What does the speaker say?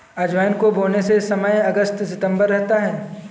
अजवाइन को बोने का समय अगस्त सितंबर रहता है